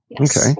Okay